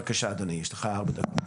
בבקשה, יש לך ארבע דקות.